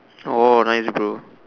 oh nice bro